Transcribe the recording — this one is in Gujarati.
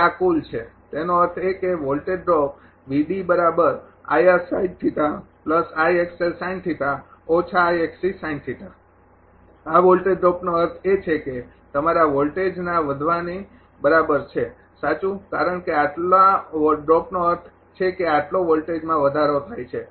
હવે આ કુલ છે તેનો અર્થ એ કે વોલ્ટેજ ડ્રોપ આ વોલ્ટેજ ડ્રોપનો અર્થ એ છે કે તે તમારા વોલ્ટેજના વધવાની બરાબર છે સાચું કારણ કે આટલો ડ્રોપનો અર્થ છે કે આટલો વોલ્ટેજમાં વધારો થાય છે